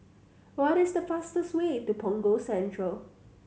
what is the fastest way to Punggol Central